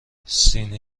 سینه